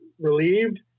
relieved